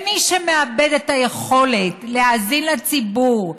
מי שמאבד את היכולת להאזין לציבור,